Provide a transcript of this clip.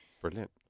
Brilliant